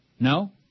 No